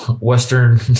Western